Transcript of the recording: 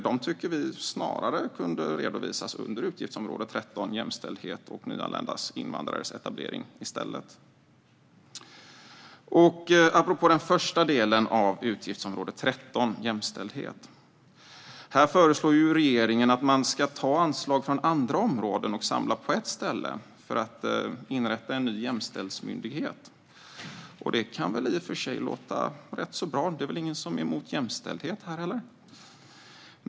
Vi tycker att de snarare borde redovisas under utgiftsområde 13 Jämställdhet och nyanlända invandrares etablering. Apropå den första delen av utgiftsområde 13, jämställdhet, föreslår regeringen att man ska ta anslag från andra områden och samla på ett ställe för att inrätta en ny jämställdhetsmyndighet. Det kan i och för sig låta rätt bra. Det är väl ingen som är emot jämställdhet här.